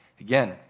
Again